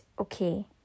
okay